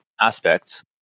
aspects